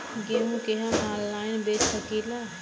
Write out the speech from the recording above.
गेहूँ के हम ऑनलाइन बेंच सकी ला?